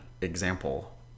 example